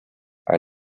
are